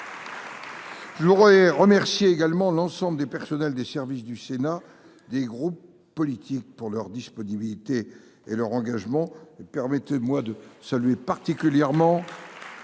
Je voudrais remercier également l'ensemble des personnels des services du Sénat des groupes politiques pour leur disponibilité et leur engagement et permettez-moi de saluer particulièrement.